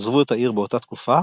עזבו את העיר באותה תקופה.